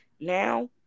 now